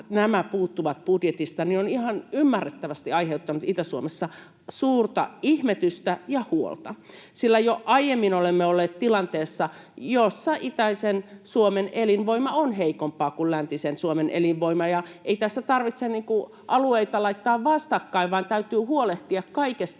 nämä puuttuvat budjetista, on ihan ymmärrettävästi aiheuttanut Itä-Suomessa suurta ihmetystä ja huolta, sillä jo aiemmin olemme olleet tilanteessa, jossa itäisen Suomen elinvoima on heikompaa kuin läntisen Suomen elinvoima. Ei tässä tarvitse alueita laittaa vastakkain, vaan täytyy huolehtia kaikesta